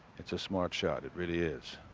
it's a smart shot. it really is.